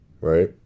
right